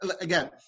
again